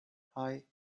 hei